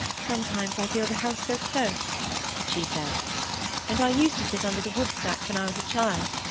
sometimes i feel the house so close she said and i used to sit under the wood-stack when i was a child.